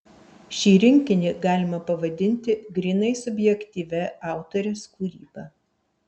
šį rinkinį galima pavadinti grynai subjektyvia autorės kūryba